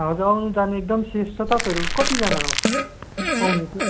हजुर आउनु जानु एकदम सेफ छ तपाईँहरू कतिजना हो आउने चाहिँ